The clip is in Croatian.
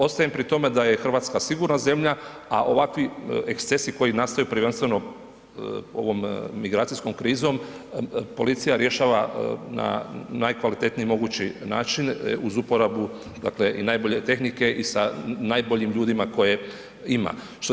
Ostajem pri tome da je Hrvatska sigurna zemlja a ovakvih ekscesi koji nastaju prvenstveno ovom migracijskom krizom, policija rješava na najkvalitetniji mogući način uz uporabe dakle i najbolje tehnike i sa najboljim ljudima koje ima.